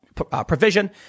provision